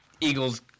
Eagles